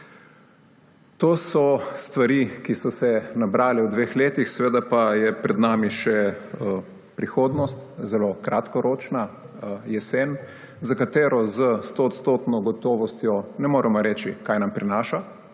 To so stvari, ki so se nabrale v dveh letih, seveda pa je pred nami še prihodnost, zelo kratkoročna, jesen, za katero s stoodstotno gotovostjo ne moremo reči, kaj nam prinaša.